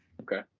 okay